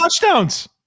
touchdowns